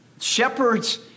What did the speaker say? shepherds